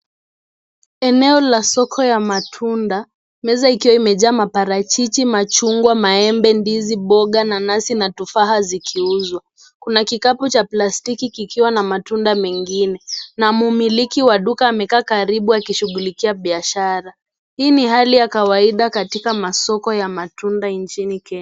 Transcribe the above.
Eneo la soko ya matunda, meza ikiwa imejaa maparachichi, machungwa , maembe, ndizi, Boga, nanasi, na tufaha zikiuzwa. Kuna kikapu cha plastiki kikiwa na matunda mengine. Na mmiliki wa duka amekaa karibu akishughulikia biashara , hii ni hali ya kawaida katika masoko ya matunda nchini kenya.